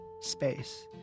space